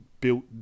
built